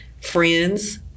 friends